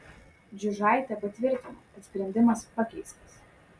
džiužaitė patvirtino kad sprendimas pakeistas